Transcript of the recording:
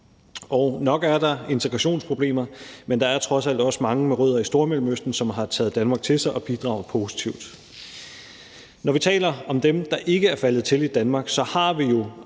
Nok er der integrationsproblemer, men der er trods alt også mange med rødder i Stormellemøsten, som har taget Danmark til sig og bidrager positivt. Når vi taler om dem, der ikke er faldet til i Danmark, så har vi jo